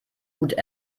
gut